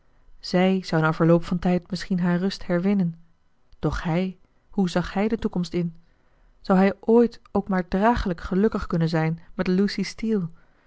zij zou na verloop van tijd misschien haar rust herwinnen doch hij hoe zag hij de toekomst in zou hij ooit ook maar dragelijk gelukkig kunnen zijn met lucy steele